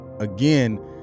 again